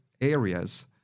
areas